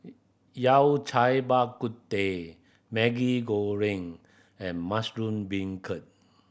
Yao Cai Bak Kut Teh Maggi Goreng and mushroom beancurd